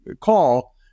call